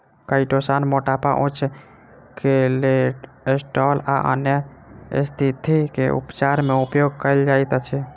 chitosan मोटापा उच्च cholesterol आ अन्य स्तिथि के उपचार मे उपयोग कायल जाइत अछि